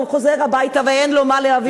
הוא חוזר הביתה ואין לו מה להביא,